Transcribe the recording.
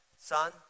son